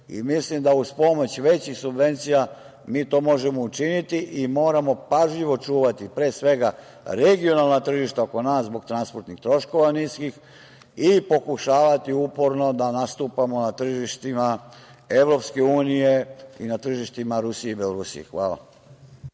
i mislim da uz pomoć većih subvencija mi to možemo učiniti i moramo pažljivo čuvati pre svega regionalna tržišta oko nas zbog transportnih troškova niskih i pokušavati uporno da nastupamo na tržištima EU i na tržištima Rusije i Belorusije. Hvala.